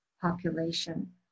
population